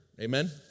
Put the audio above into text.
Amen